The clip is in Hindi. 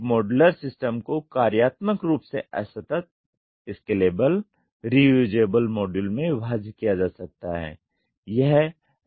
एक मॉड्यूलर सिस्टम को कार्यात्मक रूप से असतत स्केलेबल री युजेबल मॉड्यूल में विभाजित किया जा सकता है